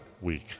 week